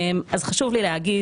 אני אתחיל,